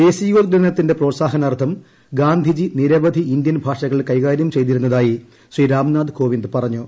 ദേശീയോദ്ഗ്രദനത്തിന്റെ പ്രോത്സഹനാർത്ഥം ഗാന്ധിജി നിരവധി ഇന്ത്യൻ ഭാഷകൾ കൈകാര്യം ചെയ്തിരുന്നതായി ശ്രീ രാംനാഥ് കോവിന്ദ് പറഞ്ഞു